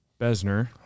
Besner